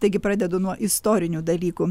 taigi pradedu nuo istorinių dalykų